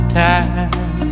time